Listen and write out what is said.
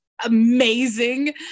amazing